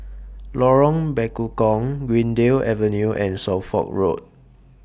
Lorong Bekukong Greendale Avenue and Suffolk Road